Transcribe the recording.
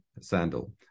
sandal